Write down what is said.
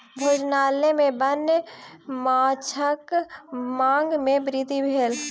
भोजनालय में वन्य माँछक मांग में वृद्धि भेल